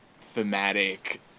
thematic